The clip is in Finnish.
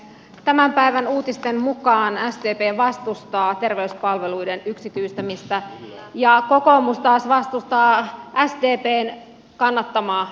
tämän päivän uutisten mukaan sdp vastustaa terveyspalveluiden yksityistämistä ja kokoomus taas kannattaa sdpn vastustamaa yksityistämistä